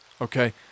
Okay